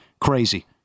Crazy